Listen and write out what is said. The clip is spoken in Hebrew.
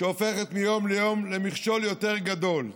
והופכים מיום ליום למכשול יותר גדול.